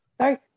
Sorry